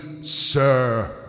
Sir